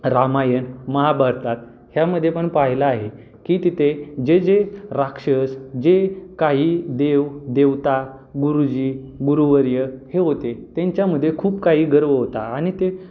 रामायण महाभारतात ह्यामध्ये पण पाहिलं आहे की तिथे जे जे राक्षस जे काही देवदेवता गुरुजी गुरुवर्य हे होते त्यांच्यामध्ये खूप काही गर्व होता आणि ते